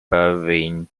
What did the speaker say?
bavarian